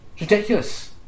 Ridiculous